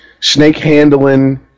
snake-handling